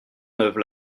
neuve